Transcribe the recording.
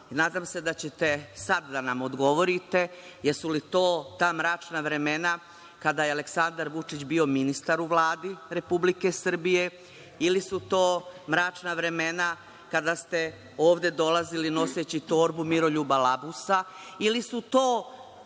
nadam se da ćete sad da nam odgovorite - jesu li ta mračna vremena kada je Aleksandar Vučić bio ministar u Vladi Republike Srbije ili su to mračna vremena kada ste ovde dolazili noseći torbu Miroljuba Labusa ili su to